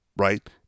right